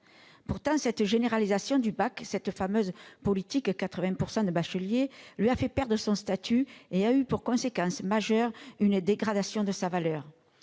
Pourtant, cette généralisation du baccalauréat, cette fameuse politique des « 80 % de bacheliers », lui a fait perdre son statut et a eu pour conséquence majeure une dégradation de sa valeur.